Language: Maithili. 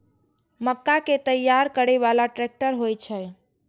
मक्का कै तैयार करै बाला ट्रेक्टर होय छै?